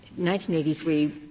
1983